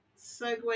segue